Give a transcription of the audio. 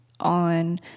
On